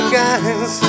guys